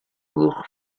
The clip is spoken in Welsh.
blwch